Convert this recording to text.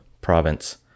province